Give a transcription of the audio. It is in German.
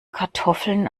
kartoffeln